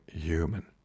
human